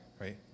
right